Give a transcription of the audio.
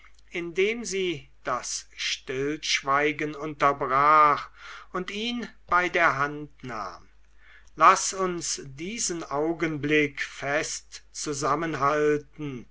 indem sie das stillschweigen unterbrach und ihn bei der hand nahm laß uns diesen augenblick fest zusammenhalten